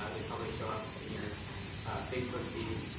ah they probably show up in your facebook feed.